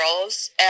girls